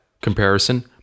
comparison